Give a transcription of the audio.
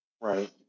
right